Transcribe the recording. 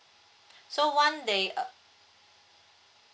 so one they uh